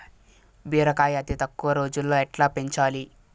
బీరకాయ అతి తక్కువ రోజుల్లో ఎట్లా పెంచాలి?